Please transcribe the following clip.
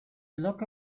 look